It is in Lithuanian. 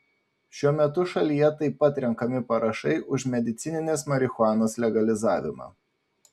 šiuo metu šalyje taip pat renkami parašai už medicininės marihuanos legalizavimą